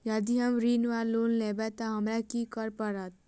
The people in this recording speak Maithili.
यदि हम ऋण वा लोन लेबै तऽ हमरा की करऽ पड़त?